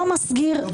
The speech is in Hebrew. לא מסגיר.